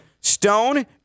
Stone